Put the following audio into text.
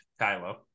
Kylo